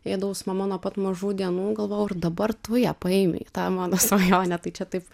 eidavau su mama nuo pat mažų dienų galvojau ir dabar tu ją paimei tą mano svajonę tai čia taip